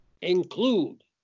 include